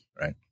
right